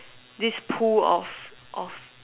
this pool of of